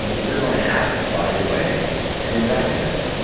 you know we're going to have to find a way to invest in it